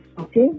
okay